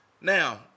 Now